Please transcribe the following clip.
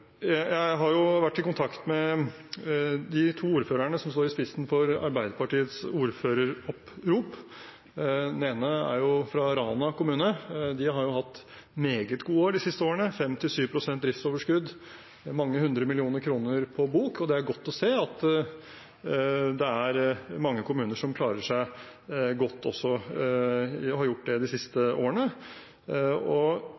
Jeg har vært i kontakt med de to ordførerne som står i spissen for Arbeiderpartiets ordføreropprop. Den ene er fra Rana kommune. De har jo hatt meget gode år de siste årene, 5–7 pst. driftsoverskudd, mange hundre millioner kroner på bok. Det er godt å se at det også er mange kommuner som klarer seg godt, og har gjort det de